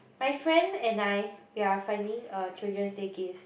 my friend and I we are finding a Children's Day gift